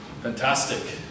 Fantastic